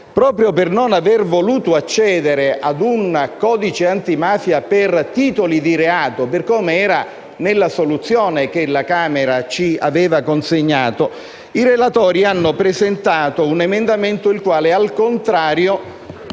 Proprio per non aver voluto accedere a un codice antimafia per titoli di reato, per come era nella soluzione consegnataci dalla Camera, i relatori hanno presentato un emendamento il quale, al contrario,